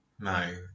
no